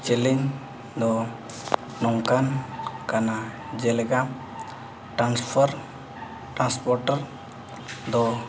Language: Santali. ᱫᱚ ᱱᱚᱝᱠᱟᱱ ᱠᱟᱱᱟ ᱡᱮᱞᱮᱠᱟ ᱫᱚ